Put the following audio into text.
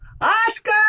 Oscar